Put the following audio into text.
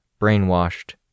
brainwashed